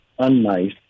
unnice